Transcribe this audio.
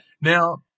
Now